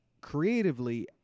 creatively